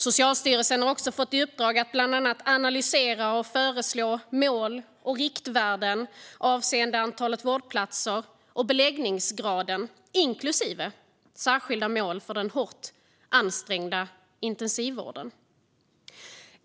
Socialstyrelsen har fått i uppdrag att bland annat analysera och föreslå mål och riktvärden avseende antalet vårdplatser och beläggningsgraden, inklusive särskilda mål för den hårt ansträngda intensivvården.